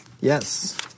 Yes